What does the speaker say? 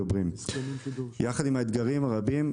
יחד עם האתגרים הרבים,